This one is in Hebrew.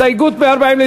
הסתייגות 140,